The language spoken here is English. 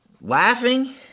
laughing